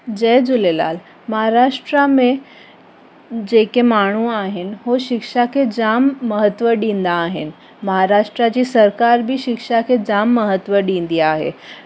जय झूलेलाल महाराष्ट्र में जेके माण्हू आहिनि उहे शिक्षा खे जाम महत्वु डींदा आहिनि महाराष्ट्र जी सरकारि बि शिक्षा खे जाम महत्वु ॾींदी आहे